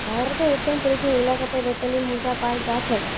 भारतेर उत्तर पश्चिम इलाकात रेतीली मृदा पाल जा छेक